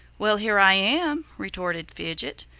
well, here i am, retorted fidget.